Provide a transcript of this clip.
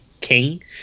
King